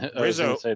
Rizzo